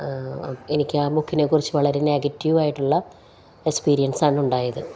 എനിക്ക് ആ ബുക്കിനെക്കുറിച്ചു വളരെ നെഗറ്റീവായിട്ടുള്ള എക്സ്പീരിയൻസാണ് ഉണ്ടായത്